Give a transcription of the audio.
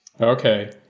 Okay